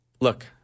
Look